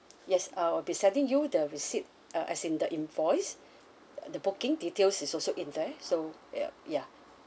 yes I'll be sending you the receipt uh as in the invoice the booking details is also in there so yup ya